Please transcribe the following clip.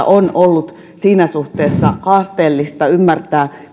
on ollut siinä suhteessa haasteellista ymmärtää